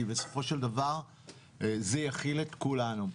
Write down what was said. כי בסופו של דבר זה יכיל את כולנו.